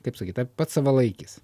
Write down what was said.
kaip sakyt pats savalaikis